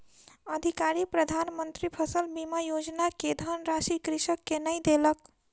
अधिकारी प्रधान मंत्री फसल बीमा योजना के धनराशि कृषक के नै देलक